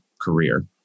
career